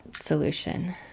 solution